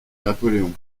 napoléon